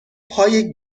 پای